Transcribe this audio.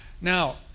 Now